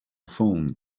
phone